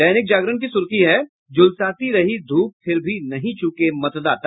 दैनिक जागरण की सुर्खी है झूलसाती रही ध्रप फिर भी नहीं चूके मतदाता